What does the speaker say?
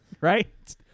right